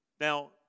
Now